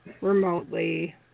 remotely